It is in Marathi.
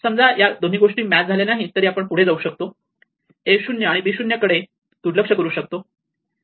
समजा या दोघी गोष्टी मॅच झाल्या नाहीत तरी आपण पुढे जाऊ शकतो a 0 आणि b 0 कडे दुर्लक्ष करू शकतो